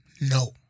No